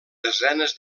desenes